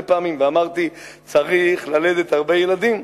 פעמים ואמרתי: צריך ללדת הרבה ילדים.